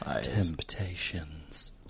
Temptations